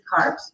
carbs